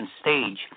stage